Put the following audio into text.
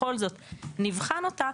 בכל זאת נבחן אותה,